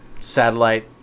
satellite